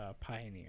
Pioneer